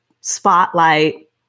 spotlight